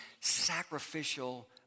sacrificial